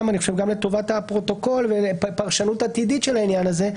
גם לטובת הפרוטוקול ופרשנות עתידית של העניין הזה,